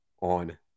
on